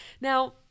Now